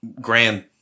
grand